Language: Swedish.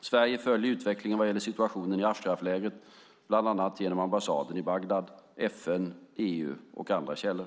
Sverige följer utvecklingen vad gäller situationen i Ashraflägret, bland annat genom ambassaden i Bagdad, FN, EU och andra källor.